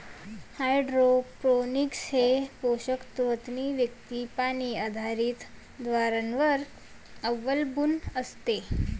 hydroponics हे पोषक तत्वांनी युक्त पाणी आधारित द्रावणांवर अवलंबून असते